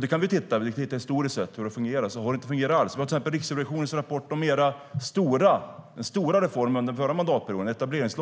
Vi kan titta hur det har fungerat historiskt och ser då att det inte har fungerat alls. STYLEREF Kantrubrik \* MERGEFORMAT Integration och jämställdhetVad kan man använda dessa pengar till